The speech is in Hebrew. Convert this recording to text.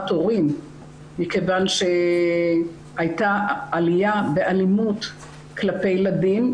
הורים מכיוון שהייתה עלייה באלימות כלפי ילדים,